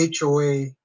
HOA